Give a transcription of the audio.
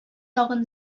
тагын